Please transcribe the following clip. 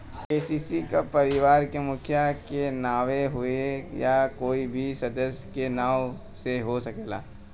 KCC का परिवार के मुखिया के नावे होई या कोई भी सदस्य के नाव से हो सकेला?